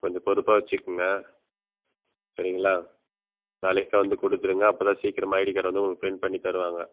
கொஞ்சம் பொறுப்பாக வைச்சுக்குங்க சரிங்களா நாளைக்கே வந்து கொடுத்துடுங்க அப்போத்தான் சீக்கிரமாக ஐடி கார்டு வந்து உங்களுக்கு பிரிண்ட் பண்ணி தருவாங்க